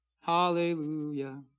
Hallelujah